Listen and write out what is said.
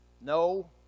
No